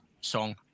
Song